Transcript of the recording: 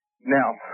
Now